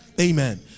Amen